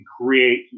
create